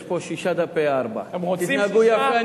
יש פה שישה דפי 4A. תתנהגו יפה,